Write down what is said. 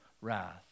wrath